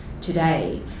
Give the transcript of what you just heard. today